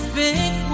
big